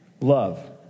Love